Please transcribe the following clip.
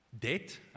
debt